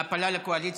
מפלה לקואליציה.